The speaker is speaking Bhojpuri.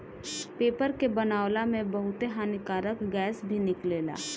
पेपर के बनावला में बहुते हानिकारक गैस भी निकलेला